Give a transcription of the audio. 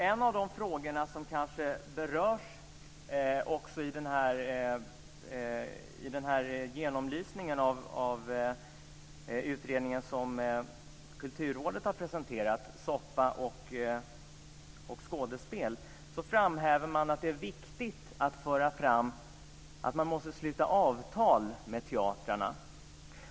En av de frågor som berörs i den här genomlysningen av utredningen som Kulturrådet har presenterat, Soppa och skådespel, är att man framhäver att det är viktigt att föra fram att man måste sluta avtal med teatrarna.